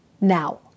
now